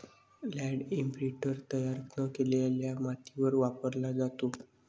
land imprinter तयार न केलेल्या मातीवर वापरला जातो